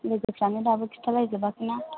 लोगोफ्रानो दाबो खिन्थालायजोबाखै ना